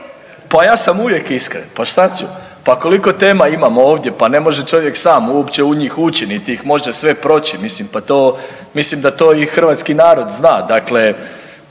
Pa ja sam uvijek iskren, pa šta ću? Pa koliko tema imamo ovdje pa ne može čovjek sam uopće u njih ući niti ih može sve proći, mislim pa to, mislim da to i hrvatski narod zna,